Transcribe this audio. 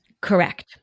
Correct